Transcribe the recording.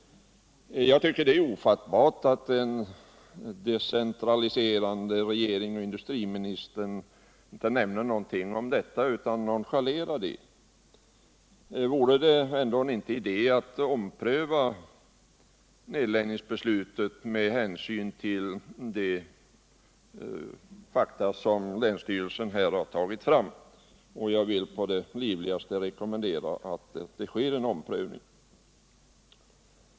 Jag tycker att det är ofattbart att en decentraliserande regering och industriminister inte nämner någonting om detta utan nonchalerar det. Vore det ändå inte, med hänsyn till de fakta som länsstyrelsen har tagit fram, idé att ompröva nedläggningsbeslutet? Jag vill å det livligaste rekommendera att det sker en omprövning.